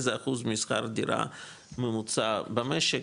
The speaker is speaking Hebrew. איזה אחוז משכר דירה ממוצע במשק,